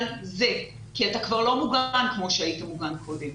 זה כי אתה כבר לא מוגן כמו שהיית מוגן קודם.